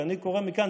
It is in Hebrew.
ואני קורא מכאן,